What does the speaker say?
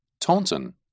Taunton